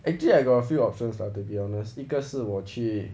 actually I got a few options lah to be honest 一个是我去